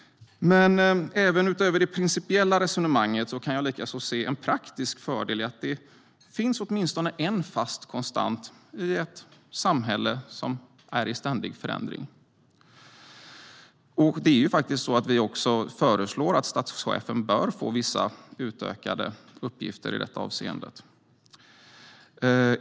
Även utöver det principiella resonemanget kan jag se en praktisk fördel i att det finns åtminstone en fast konstant i ett samhälle som är i ständig förändring. Vi föreslår också att statschefen får vissa utökade uppgifter i detta avseende.